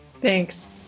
Thanks